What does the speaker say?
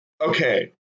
Okay